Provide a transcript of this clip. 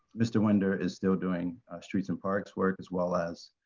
mr. winter is still doing streets and parks work, as well as